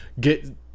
get